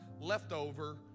leftover